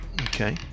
Okay